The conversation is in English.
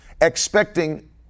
expecting